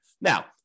Now